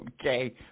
okay